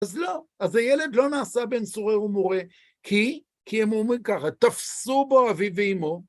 אז לא, אז הילד לא נעשה בין סורר ומורה, כי? כי הם אומרים ככה, תפסו בו אביו ואמו